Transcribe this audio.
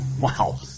Wow